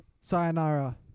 Sayonara